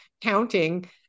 counting